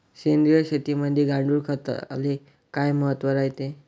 सेंद्रिय शेतीमंदी गांडूळखताले काय महत्त्व रायते?